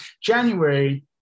January